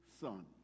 son